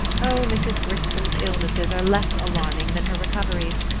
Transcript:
oh, mrs. griscom's illnesses are less alarming than her recoveries.